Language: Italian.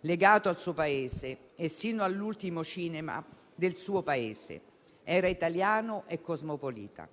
legato al suo Paese e, sino all'ultimo, al cinema del suo Paese. Era italiano e cosmopolita.